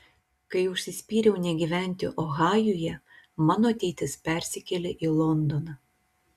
kai užsispyriau negyventi ohajuje mano ateitis persikėlė į londoną